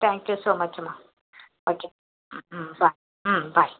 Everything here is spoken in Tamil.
தேங்க்யூ ஸோ மச்சும்மா okay hmm hmm bye hmm by